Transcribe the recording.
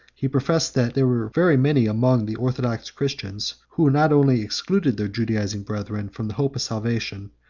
he confessed that there were very many among the orthodox christians, who not only excluded their judaizing brethren from the hope of salvation,